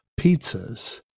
pizzas